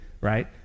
right